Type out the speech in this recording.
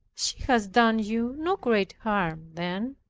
she has done you no great harm then.